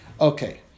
Okay